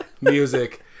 music